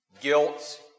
guilt